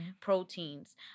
proteins